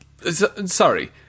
Sorry